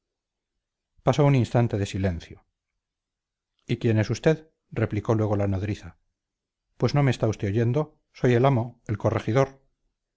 pasó un instante de silencio y quién es usted replicó luego la nodriza pues no me está usted oyendo soy el amo el corregidor